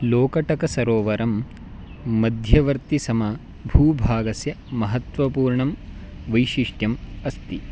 लोकटकसरोवरं मध्यवर्तिसमभूभागस्य महत्त्वपूर्णं वैशिष्ट्यम् अस्ति